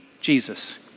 Jesus